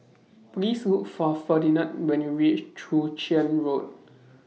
Please Look For Ferdinand when YOU REACH Chwee Chian Road